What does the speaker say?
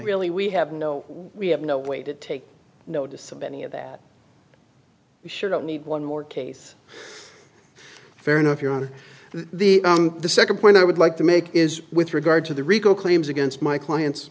really we have no we have no way to take notice of any of that we sure don't need one more case fair enough here on the the second point i would like to make is with regard to the rico claims against my clients